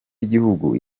y’igihugu